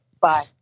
Bye